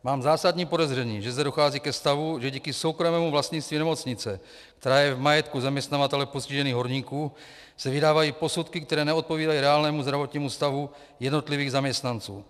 Mám zásadní podezření, že zde dochází ke stavu, že díky soukromému vlastnictví nemocnice, která je v majetku zaměstnavatele postižených horníků, se vydávají posudky, které neodpovídají reálnému zdravotnímu stavu jednotlivých zaměstnanců.